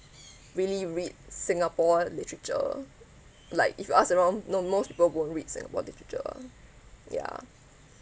really read singapore literature like if you ask around no most people won't read singapore literature ya